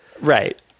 Right